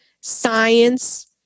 science